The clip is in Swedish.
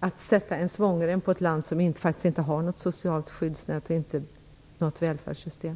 att sätta svångrem på ett land som faktiskt inte har något socialt skyddsnät och inte heller något välfärdssystem?